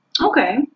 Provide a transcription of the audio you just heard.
okay